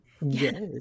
yes